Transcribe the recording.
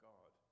God